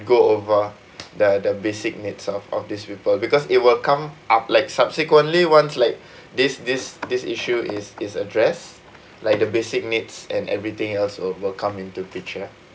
go over the the basic needs of of these people because it'll come uh like subsequently ones like this this this issue is is address like the basic needs and everything else will will come into picture